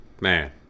man